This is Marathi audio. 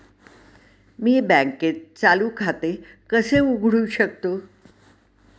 मी बँकेत चालू खाते कसे उघडू शकतो?